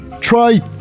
try